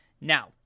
Now